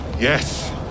yes